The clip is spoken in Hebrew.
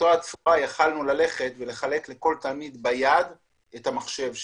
באותה צורה יכולנו לחלק לכל תלמיד שידו אינה משגת ביד את המחשב שלו.